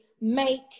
make